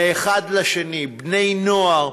מאחד לשני, בני-נוער,